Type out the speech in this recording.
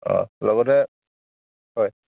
অ লগতে হয়